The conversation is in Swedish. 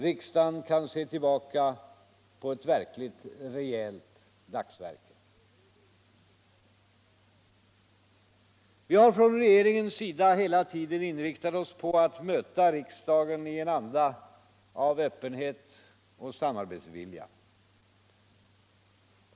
Riksdagen kan se tillbaka på ett verkligt rejält dagsverke. Vi har från regeringens sida hela tiden inriktat oss på att möta riksdagen i en anda av öppenhet och samarbetsvilja.